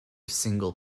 single